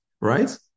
Right